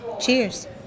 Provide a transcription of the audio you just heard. Cheers